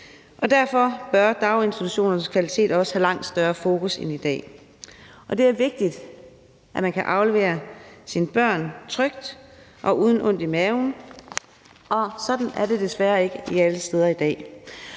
derfor bør daginstitutionernes kvalitet også have langt større fokus end i dag. Det er vigtigt, at man kan aflevere sine børn trygt og uden at have ondt i maven, og sådan er det desværre ikke alle steder i dag.